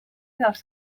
dels